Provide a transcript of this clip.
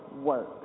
work